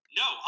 no